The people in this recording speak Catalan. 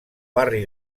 barri